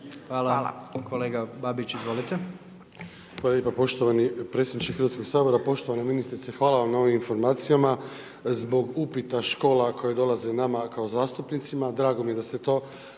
(HDZ)** Hvala. Kolega Babić izvolite. **Babić, Ante (HDZ)** Hvala lijepa poštovani predsjedniče Hrvatskog sabora. Poštovana ministrice, hvala vam na ovim informacijama. Zbog upita škola koje dolaze nama kao zastupnicima drago mi je da ste to